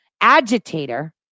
agitator